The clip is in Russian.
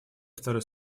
второй